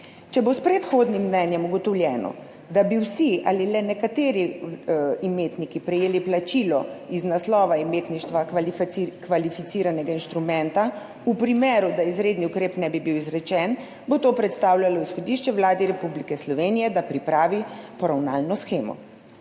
Če bo s predhodnim mnenjem ugotovljeno, da bi vsi ali le nekateri imetniki prejeli plačilo iz naslova imetništva kvalificiranega instrumenta v primeru, da izredni ukrep ne bi bil izrečen, bo to predstavljalo izhodišče Vladi Republike Slovenije, da pripravi poravnalno shemo.